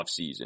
offseason